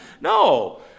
No